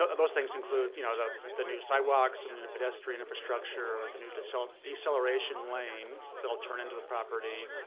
ah those things include you know the the new sidewalks, and the the pedestrian infrastructure, the new so ah deceleration lane that'll turn into the property.